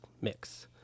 mix